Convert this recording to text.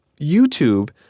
YouTube